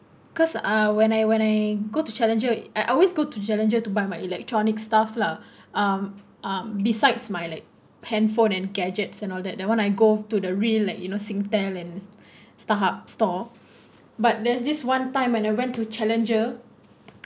cause uh when I when I go to Challenger uh I always go to Challenger to buy my electronic stuffs lah um besides my like handphone and gadgets and all that that one I go to the real like you know Singtel and Starhub store but there's this one time when I went to Challenger